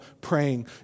praying